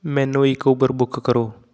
ਮੈਨੂੰ ਇੱਕ Uber book ਕਰੋ